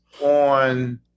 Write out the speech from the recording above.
on